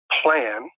plan